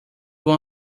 vão